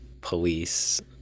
police